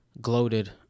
gloated